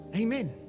Amen